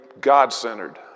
God-centered